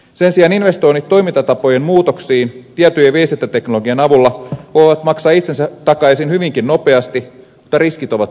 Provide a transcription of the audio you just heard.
sen sijaan investoinnit toimintatapojen muutoksiin tieto ja viestintäteknologian avulla voivat maksaa itsensä takaisin hyvinkin nopeasti mutta riskit ovat suurempia